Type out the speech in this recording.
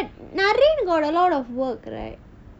naryn got a lot of work right